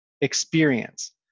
experience